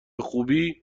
خوبی